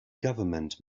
government